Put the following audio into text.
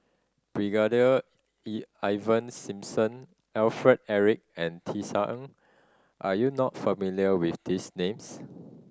Brigadier Ivan Simson Alfred Eric and Tisa Ng are you not familiar with these names